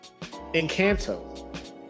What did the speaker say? Encanto